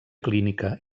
clínica